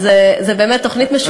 אז זאת באמת תוכנית משותפת.